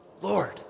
Lord